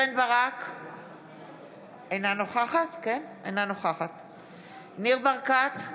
אינה נוכחת ניר ברקת,